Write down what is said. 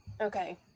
Okay